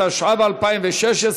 התשע"ו 2016,